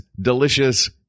delicious